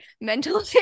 mental